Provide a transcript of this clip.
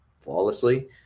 flawlessly